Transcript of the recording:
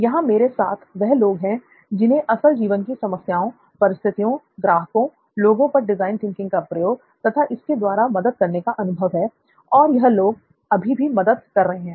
यहां मेरे साथ वह लोग हैं जिन्हें असल जीवन की समस्याओं परिस्थितियों ग्राहकों लोगों पर डिज़ाइन थिंकिंग का प्रयोग तथा इसके द्वारा मदद करने का अनुभव है और यह लोग अभी भी मदद कर रहे हैं